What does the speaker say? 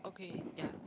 okay yeah